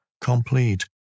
complete